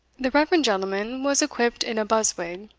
the reverend gentleman was equipped in a buzz wig,